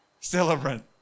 Celebrant